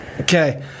Okay